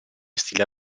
stile